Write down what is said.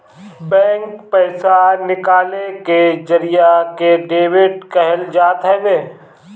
bank से पईसा निकाले के जरिया के डेबिट कहल जात हवे